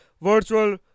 virtual